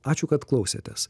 ačiū kad klausėtės